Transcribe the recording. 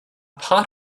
part